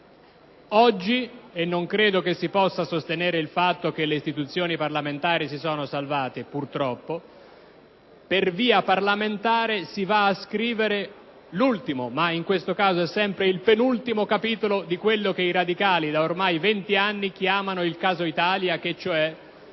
Oggi - e non credo che si possa sostenere il fatto che le istituzioni parlamentari si sono salvate, purtroppo - per via parlamentare, si va a scrivere l'ultimo (ma in questo caso è sempre il penultimo) capitolo di quello che i Radicali chiamano, ormai da 20 anni, il «caso Italia», cioè